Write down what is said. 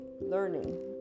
learning